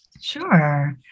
Sure